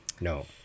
no